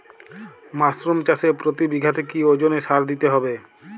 Mushroom চাষে প্রতি বিঘাতে কি ওজনে সার দিতে হবে?